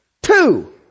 Two